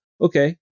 okay